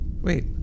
Wait